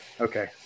Okay